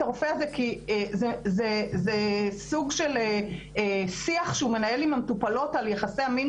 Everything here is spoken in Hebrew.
הרופא הזה כי זה סוג של שיח שהוא מנהל עם המטופלות על יחסי המין